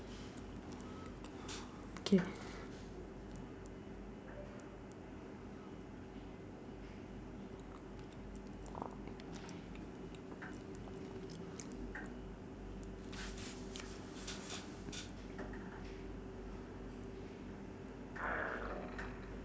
K